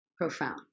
Profound